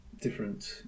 different